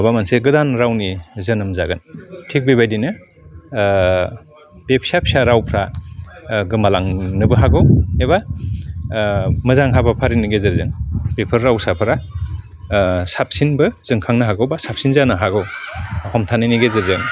माबा मोनसे गोदान रावनि जोनोम जागोन थिग बेबायदिनो बे फिसा फिसा रावफ्रा गोमा लांनोबो हागौ एबा मोजां हाबाफारिनि गेजेरजों बेफोर रावसाफ्रा साबसिनबो जोंखांनो हागौ बा साबसिन जानो हागौ हमथानायनि गेजेरजों